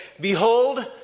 Behold